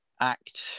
act